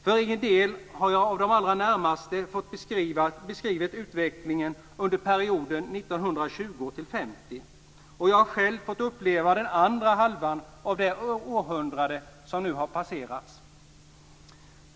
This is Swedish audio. För egen del har jag av de allra närmaste fått beskrivet utvecklingen under perioden 1920-1950. Jag har själv fått uppleva den andra halvan av det århundrade som nu har passerats.